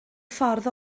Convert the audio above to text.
ffordd